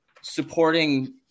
supporting